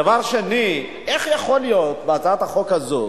דבר שני, איך יכול להיות, בהצעת החוק הזאת